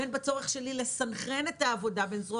ובין בצורך שלי לסנכרן את העבודה בין זרוע